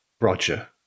Roger